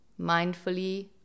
Mindfully